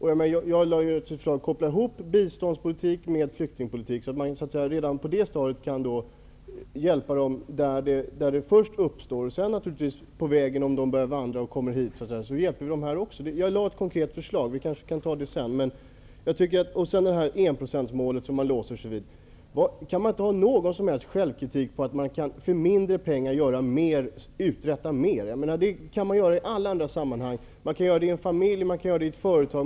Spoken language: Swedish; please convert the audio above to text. Vi har kopplat ihop biståndspolitiken med flyktingpolitiken, så att man först kan hjälpa där problemen uppstått. Om de människor vi försökt hjälpa genom biståndspolitiken ändå kommer hit som flyktingar, skall vi naturligtvis hjälpa dem även här. Jag lade på den punkten fram ett konkret förslag, men det kan vi kanske diskutera senare. Så till enprocentsmålet som man har låst sig vid! Kan man inte ha någon självkritik och inse att man för mindre pengar kan uträtta mer? Det kan man göra i alla andra sammanhang - i en familj och i ett företag.